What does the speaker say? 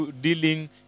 dealing